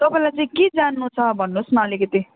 तपाईँलाई चाहिँ के जान्नु छ भन्नुहोस् न अलिकति